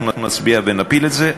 אנחנו נצביע ונפיל את זה,